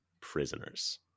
Prisoners